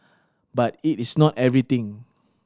but it is not everything